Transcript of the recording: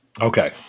okay